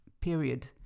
period